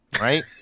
right